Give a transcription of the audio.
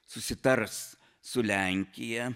susitars su lenkija